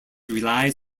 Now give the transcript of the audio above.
relies